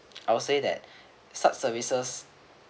I would say that such services